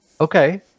Okay